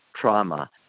trauma